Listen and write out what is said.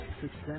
Success